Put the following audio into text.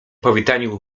powitaniu